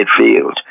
midfield